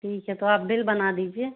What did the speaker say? ठीक है तो आप बिल बना दीजिए